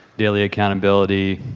daily accountability,